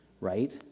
Right